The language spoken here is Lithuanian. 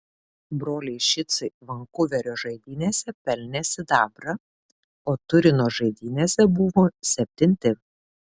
broliai šicai vankuverio žaidynėse pelnė sidabrą o turino žaidynėse buvo septinti